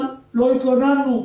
אבל לא התלוננו.